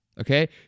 Okay